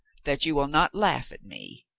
that you will not laugh at me.